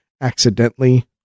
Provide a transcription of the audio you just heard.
accidentally